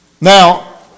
Now